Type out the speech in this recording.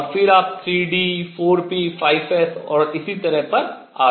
और फिर आप 3 d 4 p 5 s और इसी तरह पर आते हैं